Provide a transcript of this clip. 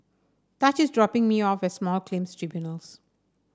Taj is dropping me off at Small Claims Tribunals